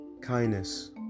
Kindness